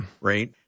Right